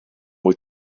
wyt